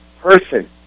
person